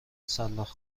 سلاخ